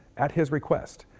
at his request,